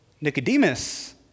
Nicodemus